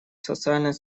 социальной